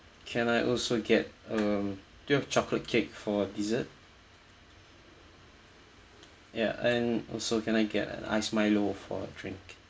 can I also get um do you have chocolate cake for dessert ya and also can I get an ice milo for drink